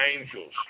angels